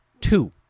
two